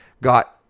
got